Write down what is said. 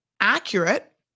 Accurate